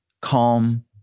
calm